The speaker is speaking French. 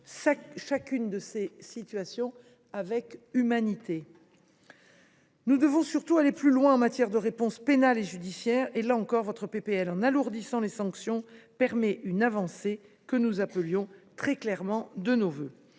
chacune de ces situations avec humanité. Nous devons surtout aller plus loin en matière de réponse pénale et judiciaire. Là encore, votre proposition de loi, en alourdissant les sanctions, permet une avancée que nous appelions très clairement de nos vœux.